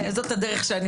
בבקשה.